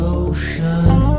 ocean